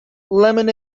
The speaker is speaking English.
lemon